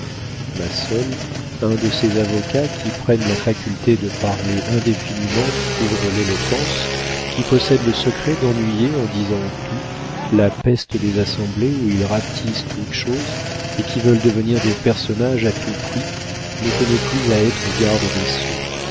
massol un de ces avocats qui prennent la faculté de parler indéfiniment pour de l'éloquence qui possèdent le secret d'ennuyer en disant tout la peste des assemblées où ils rapetissent toute chose et qui veulent devenir des personnages à tout prix ne tenait plus à être garde des sceaux